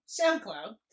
SoundCloud